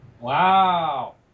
Wow